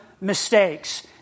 mistakes